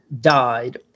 died